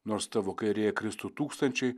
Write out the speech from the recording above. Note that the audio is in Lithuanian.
nors tavo kairėje kristų tūkstančiai